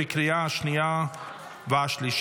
לקריאה השנייה והשלישית.